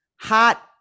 hot